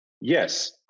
Yes